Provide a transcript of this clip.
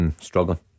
Struggling